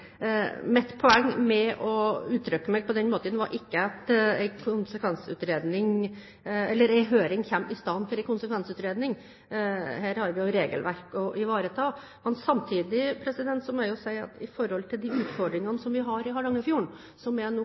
Mitt poeng med å uttrykke meg på den måten, var ikke at en høring skal komme istedenfor en konsekvensutredning. Her har vi jo regelverk å ivareta. Men samtidig må jeg si at når det gjelder de utfordringene vi har i Hardangerfjorden – som er